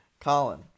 Colin